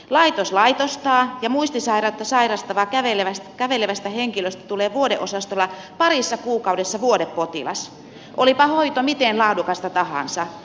laitos laitostaa ja muistisairautta sairastavasta kävelevästä henkilöstä tulee vuodeosastolla parissa kuukaudessa vuodepotilas olipa hoito miten laadukasta tahansa